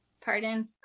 Pardon